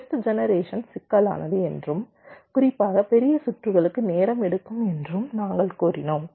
test generation சிக்கலானது என்றும் குறிப்பாக பெரிய சுற்றுகளுக்கு நேரம் எடுக்கும் என்றும் நாங்கள் கூறினோம்